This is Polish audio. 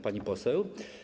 Pani Poseł!